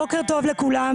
בוקר טוב לכולם,